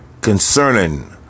concerning